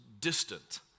distant